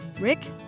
Rick